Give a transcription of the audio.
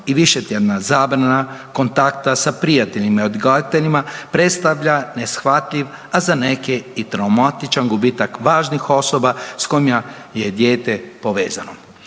i višetjedna zabrana kontakta sa prijateljima i odgajateljima, predstavlja neshvatljiv, a za neke i traumatičan gubitak važnih osoba s kojima je dijete povezano.